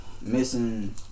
Missing